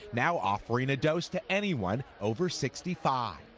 now offering a dose to anyone over sixty five.